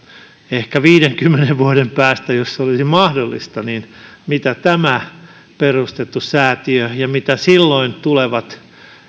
ehkä viidenkymmenen vuoden päästä jos se olisi mahdollista mitä tämä perustettu säätiö on ja mitä silloin tulevat